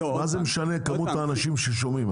מה משנה כמות האנשים ששומעים?